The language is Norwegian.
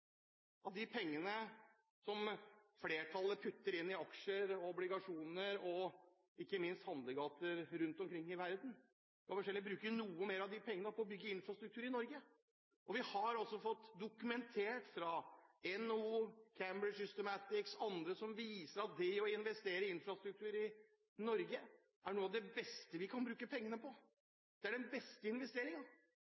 av de pengene som flertallet putter inn i aksjer, obligasjoner og – ikke minst – i handlegater rundt omkring i verden, til å bygge infrastruktur i Norge. Vi har fått dokumentert fra NHO, Cambridge Systematics International og andre at det å investere i infrastruktur i Norge er noe av det beste vi kan bruke pengene på.